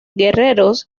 guerreros